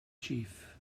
chief